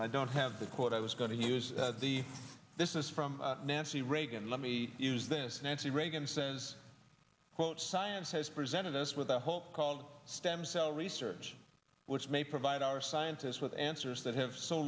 i don't have the quote i was going to use the this is from nancy reagan let me use this nancy reagan says quote science has presented us with a whole called stem cell research which may provide our scientists with answers that h